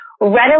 readily